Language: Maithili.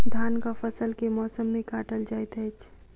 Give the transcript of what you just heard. धानक फसल केँ मौसम मे काटल जाइत अछि?